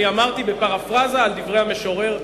אני אמרתי בפרפראזה על דברי המשורר,